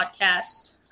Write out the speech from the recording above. podcasts